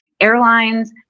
airlines